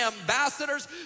ambassadors